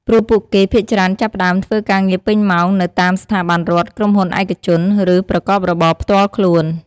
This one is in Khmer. ព្រោះពួកគេភាគច្រើនចាប់ផ្តើម ធ្វើការងារពេញម៉ោង នៅតាមស្ថាប័នរដ្ឋ ក្រុមហ៊ុនឯកជន ឬប្រកបរបរផ្ទាល់ខ្លួន។